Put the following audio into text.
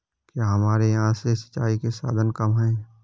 क्या हमारे यहाँ से सिंचाई के साधन कम है?